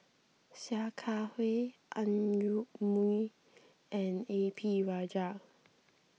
Sia Kah Hui Ang Yoke Mooi and A P Rajah